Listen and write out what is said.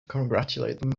congratulate